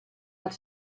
els